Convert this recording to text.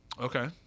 Okay